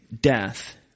death